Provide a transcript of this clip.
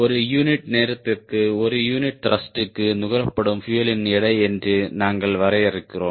ஒரு யூனிட் நேரத்திற்கு ஒரு யூனிட் த்ருஷ்ட்க்கு நுகரப்படும் பியூயலின் எடை என்று நாங்கள் வரையறுக்கிறோம்